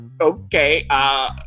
okay